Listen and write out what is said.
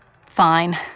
Fine